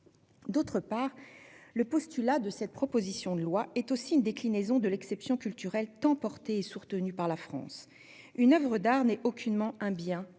D'autre part, le postulat de cette proposition de loi est aussi une déclinaison de l'exception culturelle, tant soutenue par la France : une oeuvre d'art n'est aucunement un bien